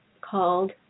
called